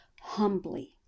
humbly